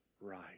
right